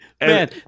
Man